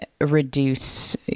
reduce